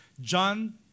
John